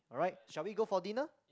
alright shall we go for dinner